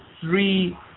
three